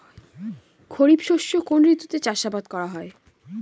খরিফ শস্য কোন ঋতুতে চাষাবাদ করা হয়?